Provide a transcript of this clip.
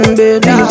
baby